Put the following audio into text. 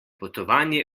potovanje